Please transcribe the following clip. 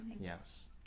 Yes